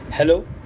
Hello